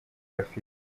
bafite